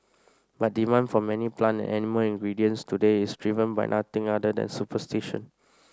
but demand for many plan animal ingredients today is driven by nothing other than superstition